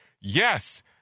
yes